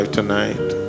tonight